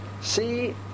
See